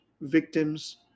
victims